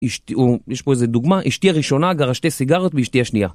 יש פה איזה דוגמה, אשתי הראשונה גרה שתי סיגרות מאשתי השנייה.